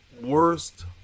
worst